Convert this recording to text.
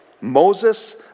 Moses